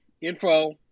Info